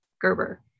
Gerber